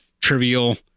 trivial